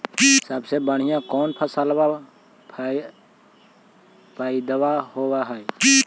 सबसे बढ़िया कौन फसलबा पइदबा होब हो?